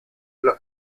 los